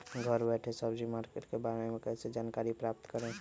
घर बैठे सब्जी मार्केट के बारे में कैसे जानकारी प्राप्त करें?